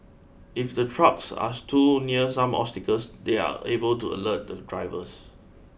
if the trucks are too near some obstacles they are able to alert the drivers